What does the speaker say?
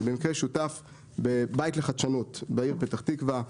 אני במקרה שותף בבית לחדשנות בעיר פתח תקווה,